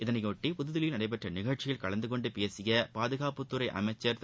இதையொட்டி புதுதில்லியில் நடைபெற்ற நிகழ்ச்சியில் கலந்தகொண்டு பேசிய பாதுகாப்புத்துறை அமைச்சர் திரு